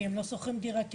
כי הם לא שוכרים דירה תקנית.